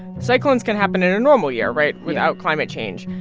cyclones can happen in a normal year right? without climate change.